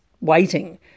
waiting